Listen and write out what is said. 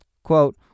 Quote